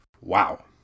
Wow